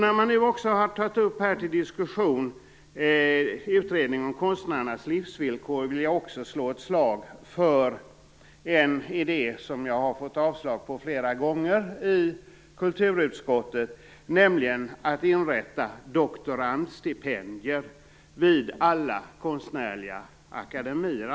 När man nu här har tagit upp till diskussion utredningen om konstnärernas livsvillkor vill jag också slå ett slag för en idé som jag har fått avstyrkt flera gånger i kulturutskottet, nämligen att inrätta doktorandstipendier vid alla konstnärliga akademier.